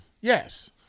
Yes